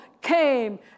came